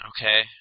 Okay